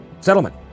settlement